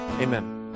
amen